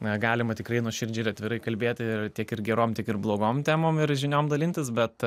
na galima tikrai nuoširdžiai ir atvirai kalbėti ir tiek ir gerom tiek ir blogom temom ir žiniom dalintis bet